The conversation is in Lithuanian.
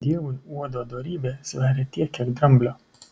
dievui uodo dorybė sveria tiek kiek dramblio